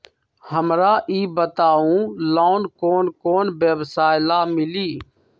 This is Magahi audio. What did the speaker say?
हमरा ई बताऊ लोन कौन कौन व्यवसाय ला मिली?